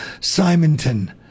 Simonton